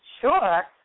sure